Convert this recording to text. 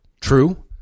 True